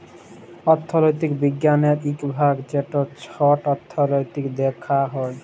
অথ্থলিতি বিজ্ঞালের ইক ভাগ যেট ছট অথ্থলিতি দ্যাখা হ্যয়